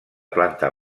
planta